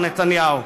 מר נתניהו?